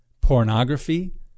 pornography